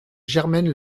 germaine